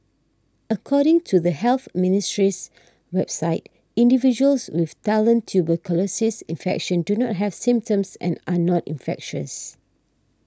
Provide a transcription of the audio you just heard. according to the Health Ministry's website individuals with latent tuberculosis infection do not have symptoms and are not infectious